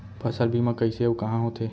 फसल बीमा कइसे अऊ कहाँ होथे?